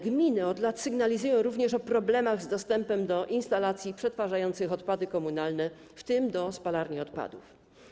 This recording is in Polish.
Gminy od lat sygnalizują również problemy z dostępem do instalacji przetwarzających odpady komunalne, w tym do spalarni odpadów.